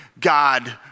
God